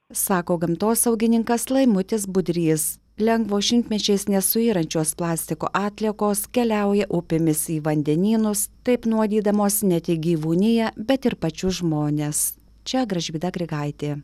sako gamtosaugininkas laimutis budrys lengvos šimtmečiais nesuyrančios plastiko atliekos keliauja upėmis į vandenynus taip nuodydamos ne tik gyvūniją bet ir pačius žmones čia gražvyda grigaitė